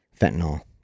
fentanyl